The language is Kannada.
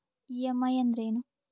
ಇ.ಎಂ.ಐ ಅಂದ್ರೇನು?